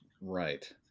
Right